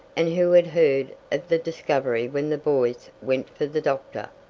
and who had heard of the discovery when the boys went for the doctor.